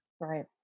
Right